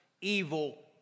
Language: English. evil